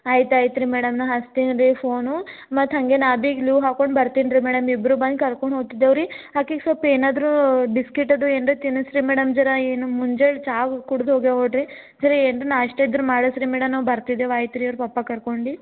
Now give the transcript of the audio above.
ಆಯ್ತು ಆಯ್ತು ರೀ ಮೇಡಮ್ ನಾ ಹಚ್ತೀನಿ ರೀ ಫೋನು ಮತ್ತು ಹಂಗೇನಾ ಅದೇ ಗ್ಲೂ ಹಾಕೊಂಡು ಬರ್ತಿನಿ ರೀ ಮೇಡಮ್ ಇಬ್ಬರು ಬಂದು ಕರ್ಕೊಂಡು ಹೊಗ್ತಿದ್ದೇವ್ ರೀ ಆಕೆಗ್ ಸ್ವಲ್ಪ್ ಏನಾದ್ರೂ ಬಿಸ್ಕಿಟ್ ಅದು ಏನಾರು ತಿನ್ನಿಸಿ ರೀ ಮೇಡಮ್ ಜರಾ ಏನು ಮುಂಜಾನೆ ಚಹಾ ಕುಡ್ದು ಹೋಗ್ಯಾಳ ನೋಡ್ರಿ ಸರಿ ಏನ್ರ ನಾಷ್ಟ ಇದ್ರ ಮಾಡಿಸ್ರಿ ಮೇಡಮ್ ನಾವು ಬರ್ತಿದ್ದೇವು ಆಯಿತ್ರಿ ಇವ್ರ ಪಪ್ಪ ಕರ್ಕೊಂಡು